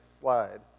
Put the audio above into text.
slide